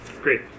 Great